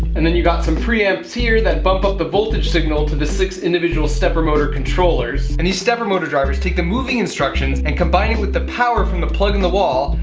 and then you got some preamps here that bump up the voltage signal to the six individual stepper motor controllers, and these stepper motor drivers take the moving instructions, and combine it with the power from the plug in the wall,